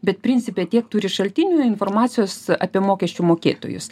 bet principe tiek turi šaltinių informacijos apie mokesčių mokėtojus